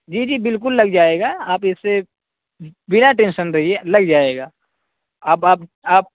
جی جی بالکل لگ جائے گا آپ اسے بنا ٹینشن رہیے لگ جائے گا اب آپ آپ